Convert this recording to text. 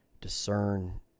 discern